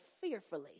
fearfully